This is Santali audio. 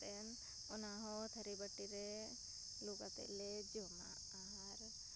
ᱩᱛᱩ ᱠᱟᱛᱮ ᱛᱷᱟᱹᱨᱤ ᱵᱟᱹᱴᱤ ᱨᱮ ᱞᱩ ᱠᱟᱛᱮ ᱞᱮ ᱡᱚᱢᱟ ᱟᱨ